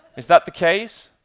is that the case?